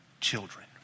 children